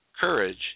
courage